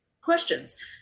questions